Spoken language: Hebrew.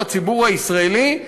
הציבור הישראלי,